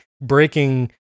breaking